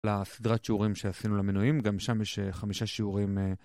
לסדרת שיעורים שעשינו למנועים, גם שם יש חמישה שיעורים.